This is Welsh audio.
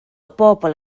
bobl